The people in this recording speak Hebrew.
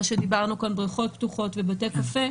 מה שדיברנו כאן, בריכות פתוחות ובתי קפה,